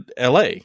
LA